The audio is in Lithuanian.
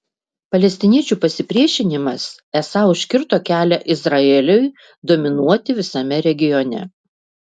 palestiniečių pasipriešinimas esą užkirto kelią izraeliui dominuoti visame regione